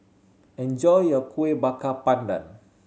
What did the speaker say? enjoy your Kuih Bakar Pandan